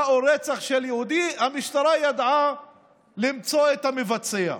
או רצח של יהודי המשטרה ידעה למצוא את המבצע.